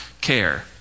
care